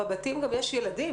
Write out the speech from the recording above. בבתים גם יש ילדים,